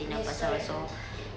yes correct correct yes